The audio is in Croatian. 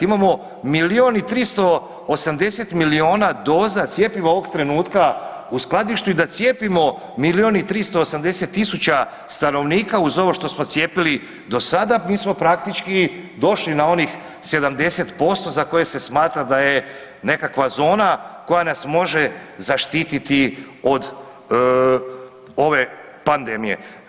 Imamo milijun i 380 milijuna doza cijepova ovog trenutka u skladištu i da cijepimo milijun i 380 000 stanovnika uz ovo što smo cijepili do sad,a mi smo praktički došli na onih 70% za koje se smatra da je nekakva zona koja nas može zaštititi od ove pandemije.